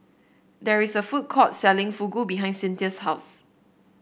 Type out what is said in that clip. there is a food court selling Fugu behind Cynthia's house